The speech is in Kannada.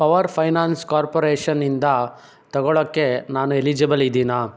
ಪವರ್ ಫೈನಾನ್ಸ್ ಕಾರ್ಪೊರೇಷನ್ ಇಂದ ತಗೊಳ್ಳೋಕ್ಕೆ ನಾನು ಎಲಿಜಿಬಲ್ ಇದ್ದೀನಾ